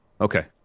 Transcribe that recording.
Okay